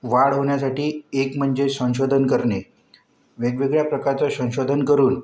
वाढ होण्यासाठी एक म्हणजे संशोधन करणे वेगवेगळ्या प्रकारचं संशोधन करून